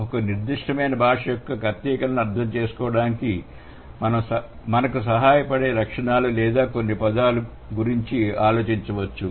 ఒక నిర్దిష్టమైన భాష యొక్క కర్తీకరణను అర్థం చేసుకోవడానికి మనకు సహాయపడే లక్షణాలు లేదా కొన్ని పదాలు గురించి ఆలోచించవచ్చు